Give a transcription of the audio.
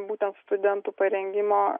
būtent studentų parengimo